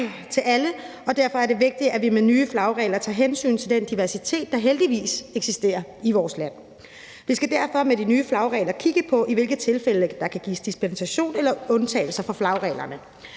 plads til alle, og derfor er det vigtigt, at vi med nye flagregler tager hensyn til den diversitet, der heldigvis eksisterer i vores land. Vi skal derfor med de nye flagregler kigge på, i hvilke tilfælde der kan gives dispensation eller undtagelse fra flagreglerne.